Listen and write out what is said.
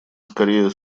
скорее